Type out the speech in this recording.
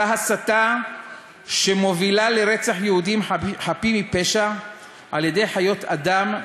אותה הסתה שמובילה לרצח יהודים חפים מפשע על-ידי חיות אדם,